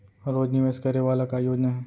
रोज निवेश करे वाला का योजना हे?